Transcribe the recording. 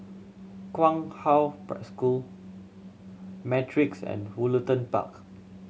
Kong Hwa School Matrix and Woollerton Park